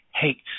hates